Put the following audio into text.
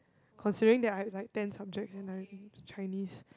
considering that I have like ten subjects and like Chinese